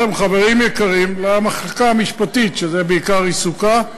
חברים יקרים, למחלקה המשפטית, שזה בעיקר עיסוקה,